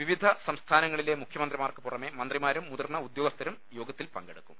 വിവിധ സംസ്ഥാനങ്ങളിലെ മുഖ്യമന്ത്രിമാർക്ക് പുറമെ മന്ത്രിമാരും മുതിർന്ന ഉദ്യോഗസ്ഥരും യോഗത്തിൽ പങ്കെടുക്കും